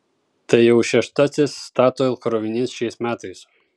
tai jau šeštasis statoil krovinys šiais metais